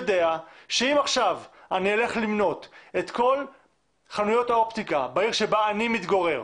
שאם עכשיו אני אלך למנות את כל חנויות האופטיקה בעיר שבה אני מתגורר,